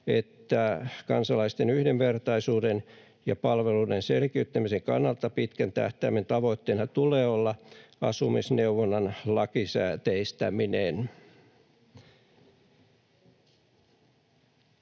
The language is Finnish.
että kansalaisten yhdenvertaisuuden ja palveluiden selkiyttämisen kannalta pitkän tähtäimen tavoitteena tulee olla asumisneuvonnan lakisääteistäminen.